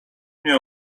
mnie